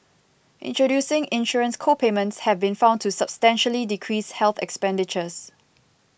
introducing insurance co payments have been found to substantially decrease health expenditures